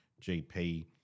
GP